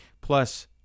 plus